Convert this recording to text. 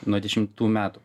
nuo dešimtų metų